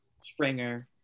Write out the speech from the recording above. Springer